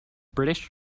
british